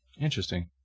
Interesting